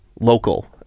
local